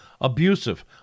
Abusive